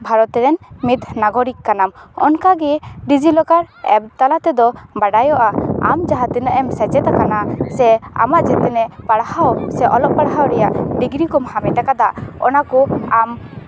ᱵᱷᱟᱨᱚᱛ ᱨᱮᱱ ᱢᱤᱫ ᱱᱟᱜᱚᱨᱤᱠ ᱠᱟᱱᱟᱢ ᱚᱱᱠᱟᱜᱮ ᱰᱤᱡᱤ ᱞᱚᱠᱟᱨ ᱮᱯ ᱛᱟᱞᱟ ᱛᱮᱫᱚ ᱵᱟᱲᱟᱭᱚᱜᱼᱟ ᱟᱢ ᱡᱟᱦᱟᱸ ᱛᱤᱱᱟᱹᱜ ᱮᱢ ᱥᱮᱪᱮᱫ ᱠᱟᱱᱟ ᱥᱮ ᱟᱢᱟᱜ ᱡᱮᱛᱱᱮᱜ ᱯᱟᱲᱦᱟᱣ ᱥᱮ ᱚᱞᱚᱜ ᱯᱟᱲᱦᱟᱣ ᱨᱮᱭᱟᱜ ᱰᱤᱜᱽᱨᱤ ᱠᱚᱢ ᱦᱟᱢᱮᱴ ᱠᱟᱫᱟ ᱚᱱᱟ ᱠᱚ ᱟᱢ